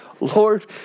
Lord